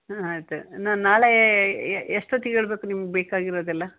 ಹ್ಞೂ ಆಯ್ತು ನಾನು ನಾಳೆ ಎಷ್ಟೊತ್ತಿಗೆ ಹೇಳ್ಬೇಕು ನಿಮ್ಗೆ ಬೇಕಾಗಿರೋದೆಲ್ಲ